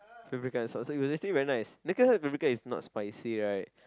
paprika and salt so it was actually very nice look at how paprika is not spicy right